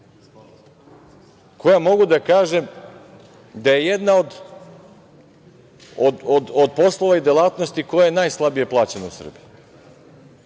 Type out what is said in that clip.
koja, mogu da kažem, da je jedna od poslova i delatnosti koja je najslabije plaćena u Srbiji.